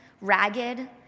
ragged